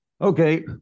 Okay